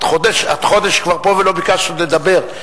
את כבר חודש פה ולא ביקשת עוד לדבר.